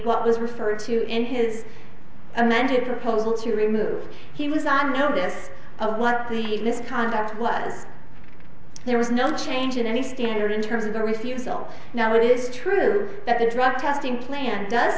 what was referred to in his amended proposal to remove he was on notice of what the even this conduct was there was no change in any standard in terms of the refusal now it is true that the drug testing plan does